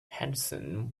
henderson